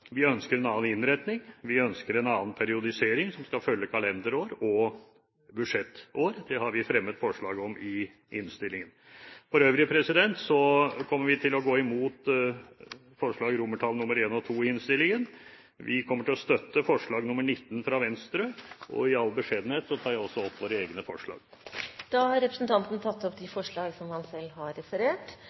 Vi ønsker en annen innretning. Vi ønsker en annen periodisering som skal følge kalenderår og budsjettår. Det har vi fremmet forslag om i innstillingen. For øvrig kommer vi til å gå imot I og II i innstillingen. Vi kommer til å støtte forslag nr. 19, fra Venstre, og i all beskjedenhet tar jeg også opp våre egne forslag. Representanten Svein Flåtten har tatt opp de forslagene han